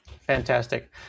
Fantastic